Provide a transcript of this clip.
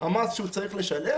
המס שהוא צריך לשלם.